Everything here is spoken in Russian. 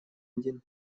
один